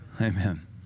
Amen